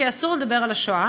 כי היה אסור לדבר על השואה.